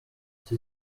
iki